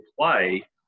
play